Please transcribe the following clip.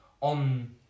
on